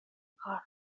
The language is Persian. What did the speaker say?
کار